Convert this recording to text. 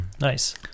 Nice